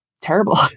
terrible